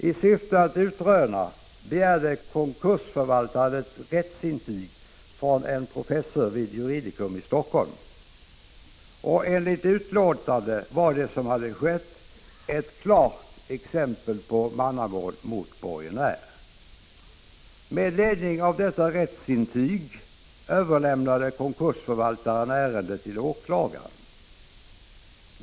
I syfte att utröna förhållandet begärde konkursförvaltaren ett rättsintyg från en professor vid juridicum i Helsingfors. Enligt hans utlåtande var det som hade skett ett klart exempel på mannamån mot borgenär. Med ledning av detta rättsintyg överlämnade konkursförvaltaren ärendet till åklagaren.